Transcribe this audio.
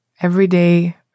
everyday